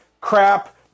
crap